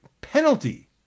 penalty